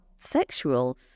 sexual